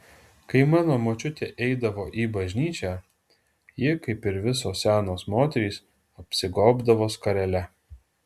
kai mano močiutė eidavo į bažnyčią ji kaip ir visos senos moterys apsigobdavo skarele